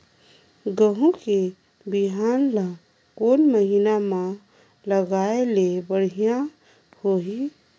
गहूं के बिहान ल कोने महीना म लगाय ले बढ़िया होही?